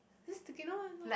this sticky no it's not